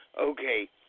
Okay